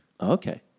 Okay